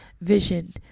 vision